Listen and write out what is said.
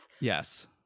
Yes